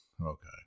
Okay